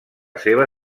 seva